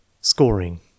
Scoring